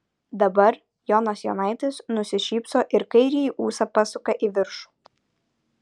dabar jonas jonaitis nusišypso ir kairįjį ūsą pasuka į viršų